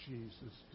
Jesus